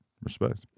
Respect